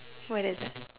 what is that